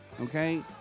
okay